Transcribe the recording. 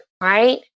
right